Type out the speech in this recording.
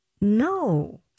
No